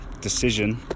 decision